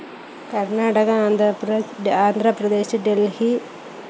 Karnataka Andhra Pradesh Andhra Pradesh Delhi